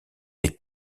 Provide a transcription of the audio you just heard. des